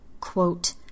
quote